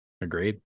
agreed